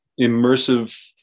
immersive